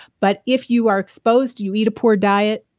but if you are exposed, you eat a poor diet,